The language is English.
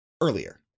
earlier